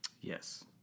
Yes